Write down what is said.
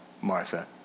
Martha